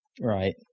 right